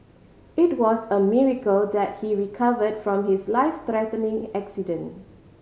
it was a miracle that he recovered from his life threatening accident